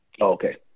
Okay